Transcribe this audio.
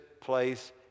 place